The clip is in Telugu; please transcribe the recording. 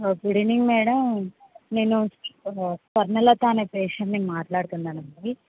గుడ్ ఈవినింగ్ మేడమ్ నేను స్వర్ణలత అనే పేషెంట్ని మాట్లాడుతున్నాను అండి